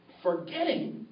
forgetting